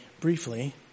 briefly